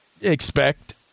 Expect